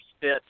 fit